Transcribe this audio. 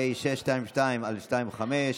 פ/622/25.